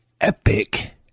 epic